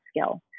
skill